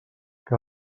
que